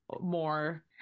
more